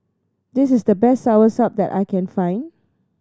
this is the best Soursop that I can find